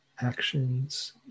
actions